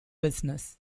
business